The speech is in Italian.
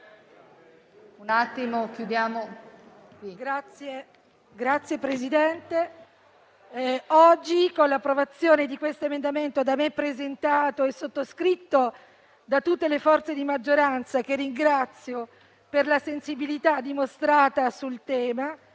Signor Presidente, con l'approvazione oggi di questo emendamento, presentato da me e sottoscritto da tutte le forze di maggioranza, che ringrazio per la sensibilità dimostrata sul tema,